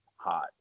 hot